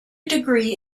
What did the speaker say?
degree